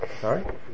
Sorry